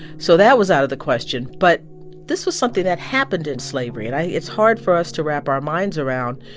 so that was out of the question. but this was something that happened in slavery, and it's hard for us to wrap our minds around